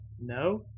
No